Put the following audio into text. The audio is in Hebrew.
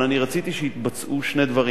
אבל אני רציתי שיתבצעו שני דברים: